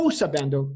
sabendo